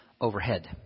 overhead